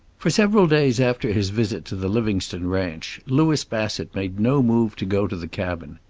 for several days after his visit to the livingstone ranch louis bassett made no move to go to the cabin.